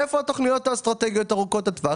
איפה התכניות האסטרטגיות ארוכות הטווח?